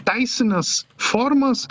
teisines formas